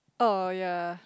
oh ya